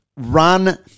Run